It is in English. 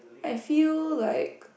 I feel like